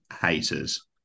haters